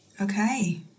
Okay